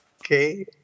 Okay